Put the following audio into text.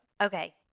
Okay